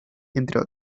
entre